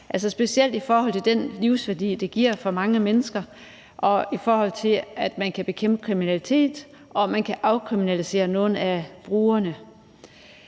specielt i forhold til den livsværdi, det giver for mange mennesker, og i forhold til at man kan bekæmpe kriminalitet og afkriminalisere nogle af brugerne.